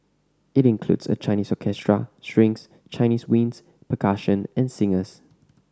it includes a Chinese orchestra strings Chinese winds percussion and singers